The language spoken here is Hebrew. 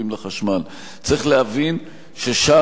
צריך להבין ששם יקרה אסון.